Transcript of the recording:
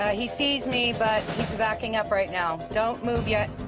he sees me but he's backing up right now. don't move yet.